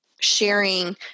sharing